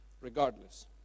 regardless